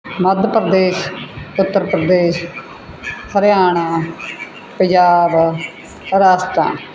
Madhya Pradesh Uttar Pradesh Haryana Punjab Rajasthan